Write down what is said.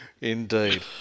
Indeed